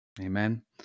Amen